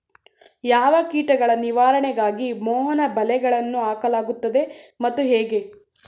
ಯಾವ ಕೀಟಗಳ ನಿವಾರಣೆಗಾಗಿ ಮೋಹನ ಬಲೆಗಳನ್ನು ಹಾಕಲಾಗುತ್ತದೆ ಮತ್ತು ಹೇಗೆ?